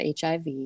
HIV